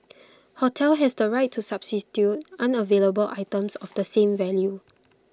hotel has the right to substitute unavailable items of the same value